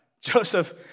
Joseph